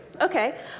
Okay